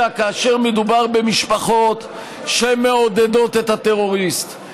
אלא כאשר מדובר במשפחות שמעודדות את הטרוריסט,